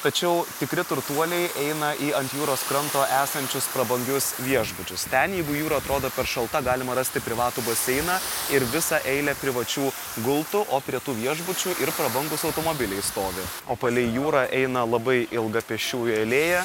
tačiau tikri turtuoliai eina į ant jūros kranto esančius prabangius viešbučius ten jeigu jūra atrodo per šalta galima rasti privatų baseiną ir visą eilę privačių gultų o prie tų viešbučių ir prabangūs automobiliai stovi o palei jūrą eina labai ilga pėsčiųjų alėja